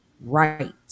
Right